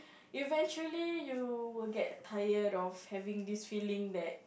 eventually you will get tired of having this feeling that